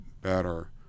better